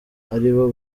aribo